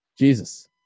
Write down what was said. Jesus